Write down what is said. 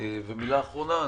מילה אחרונה.